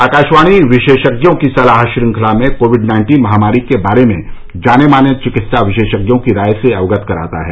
आकाशवाणी विशेषज्ञों की सलाह श्रंखला में कोविड नाइन्टीन महामारी के बारे में जाने माने चिकित्सा विशेषज्ञों की राय से अवगत कराता है